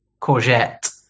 courgette